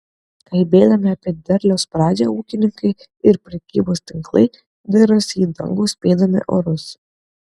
kalbėdami apie derliaus pradžią ūkininkai ir prekybos tinklai dairosi į dangų spėdami orus